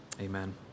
Amen